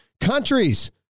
countries